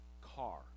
car